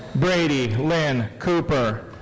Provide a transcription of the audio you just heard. brady lynn cooper.